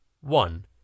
One